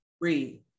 breathe